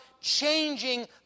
changing